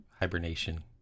hibernation